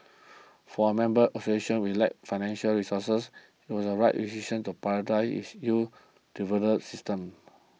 for a member association we lack financial resources it was a right decision to prioritise its youth development system